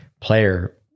player